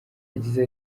yagize